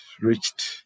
reached